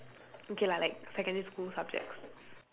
okay lah like secondary school subjects